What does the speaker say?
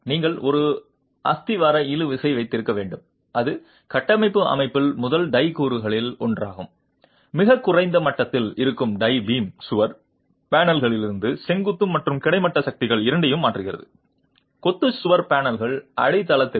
நீங்கள் ஒரு அஸ்திவார இசைக்குழு வைத்திருக்க வேண்டும் இது கட்டமைப்பு அமைப்பில் முதல் டை கூறுகளில் ஒன்றாகும் மிகக் குறைந்த மட்டத்தில் இருக்கும் டை பீம் சுவர் பேனல்களிலிருந்து செங்குத்து மற்றும் கிடைமட்ட சக்திகள் இரண்டையும் மாற்றுகிறது கொத்து சுவர் பேனல்கள் அடித்தளத்திற்கு